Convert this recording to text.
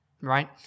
right